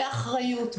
באחריות,